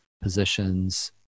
positions